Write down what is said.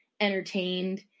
entertained